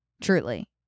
Truly